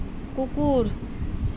কুকুৰ